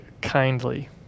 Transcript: kindly